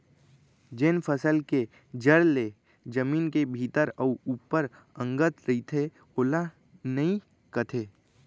जेन फसल के जर ले जमीन के भीतरी अउ ऊपर अंगत रइथे ओला नइई कथें